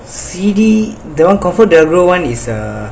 C_D that one comfort delgro one is uh